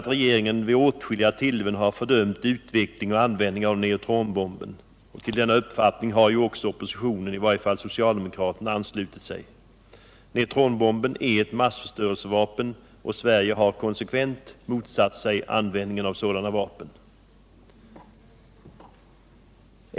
Regeringen har vid åtskilliga tillfällen fördömt utveckling och användning av neutronbomben. Till denna uppfattning har också oppositionen, i varje fall socialdemokraterna, anslutit sig. Neutronbomben är ett massförstörelsevapen, och Sverige har konsekvent motsatt sig användningen av sådana vapen.